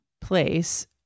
place